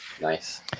Nice